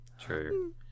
true